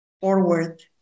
forward